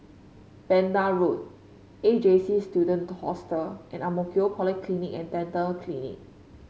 Vanda Road A J C Student Hostel and Ang Mo Kio Polyclinic And Dental Clinic